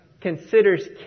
considers